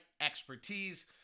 expertise